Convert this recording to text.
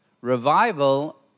Revival